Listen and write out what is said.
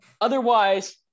Otherwise